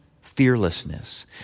fearlessness